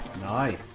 Nice